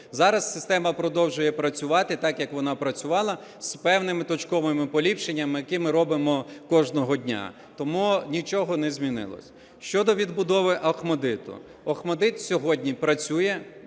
Зараз система продовжує працювати так, як вона працювала з певними точковими поліпшеннями, які ми робимо кожного дня. Тому нічого не змінилось. Щодо відбудови Охматдиту. Охматдит сьогодні працює,